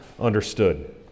understood